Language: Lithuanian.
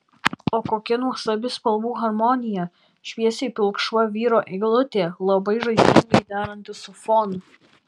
o kokia nuostabi spalvų harmonija šviesiai pilkšva vyro eilutė labai žaismingai deranti su fonu